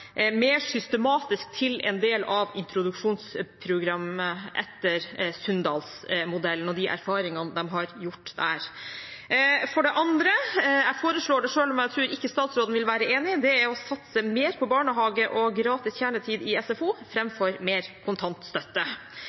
mer systematisk til en del av introduksjonsprogrammet, etter Sunndalsmodellen og de erfaringene de har gjort seg der. Det andre forslaget – jeg foreslår det selv om jeg ikke tror statsråden vil være enig – er å satse mer på barnehage og gratis kjernetid i SFO framfor mer kontantstøtte.